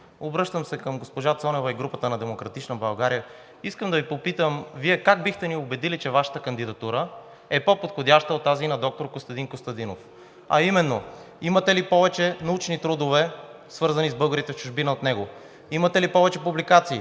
Обръщам се към госпожа Цонева и групата на „Демократична България“. Искам да Ви попитам: Вие как бихте ни убедили, че Вашата кандидатура е по-подходяща от тази на доктор Костадин Костадинов, а именно – имате ли повече научни трудове, свързани с българите в чужбина, от него? Имате ли повече публикации